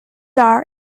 are